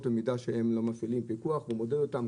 במידה שהם לא מפעילים פיקוח והוא מודד אותם,